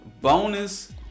Bonus